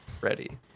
ready